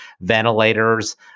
ventilators